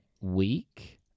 week